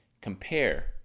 compare